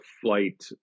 flight